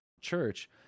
church